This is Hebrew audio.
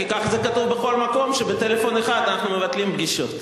כי ככה זה כתוב בכל מקום: שבטלפון אחד אנחנו מבטלים פגישות.